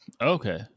Okay